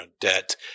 debt